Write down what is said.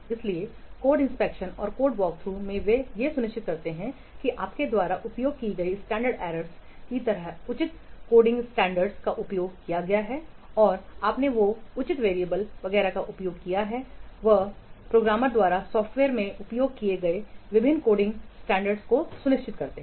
इसलिए code inspection और code walkthrough में वे यह सुनिश्चित करते हैं कि आपके द्वारा उपयोग की गई स्टैंडर्ड एरर्स की तरह उचित कोडिंग सैंडल्स का उपयोग किया गया है और आपने जो उचित वैरियेबल्स वगैरह का उपयोग किया है वह प्रोग्रामर द्वारा सॉफ्टवेयरमें उपयोग किए गए विभिन्न कोडिंग सैंडल्स को सुनिश्चित करते हैं